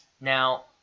now